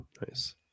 nice